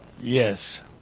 Yes